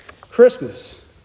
Christmas